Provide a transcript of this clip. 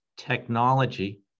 technology